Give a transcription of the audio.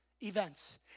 events